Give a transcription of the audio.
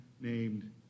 named